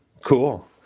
cool